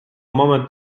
moment